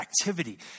activity